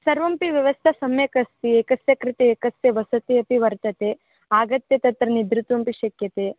सर्वमपि व्यवस्था सम्यक् अस्ति एकस्य कृते एकस्य वसति अपि वर्तते आगत्य तत्र निद्रितुमपि शक्यते